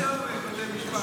כי יש בתי משפט,